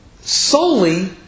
solely